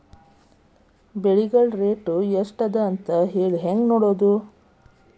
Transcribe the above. ಬೆಳೆಗಳ ರೇಟ್ ಎಷ್ಟ ಅದ ಅಂತ ಹೇಳಿ ಹೆಂಗ್ ನೋಡುವುದು?